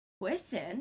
listen